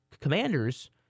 Commanders